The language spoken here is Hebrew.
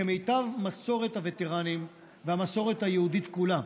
כמיטב מסורת הווטרנים והמסורת היהודית כולה,